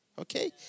Okay